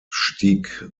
stieg